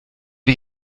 wir